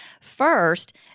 First